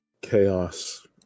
chaos